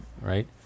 right